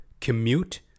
commute